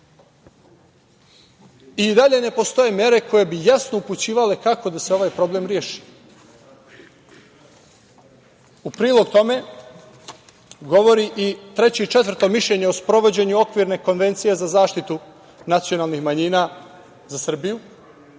I dalje ne postoje mere koje bi jasno upućivale kako da se ovaj problem reši. U prilog tome govori i Treće i Četvrto mišljenje o sprovođenju Okvirne konvencije za zaštitu nacionalnih manjina za Srbiju